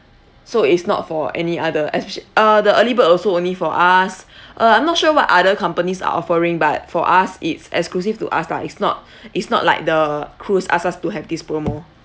so it's not for any other especially uh the early bird also only for us uh I'm not sure what other companies are offering but for us it's exclusive to us lah it's not it's not like the cruise ask us to have this promo